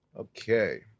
Okay